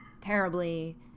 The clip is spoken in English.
terribly